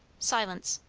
silence.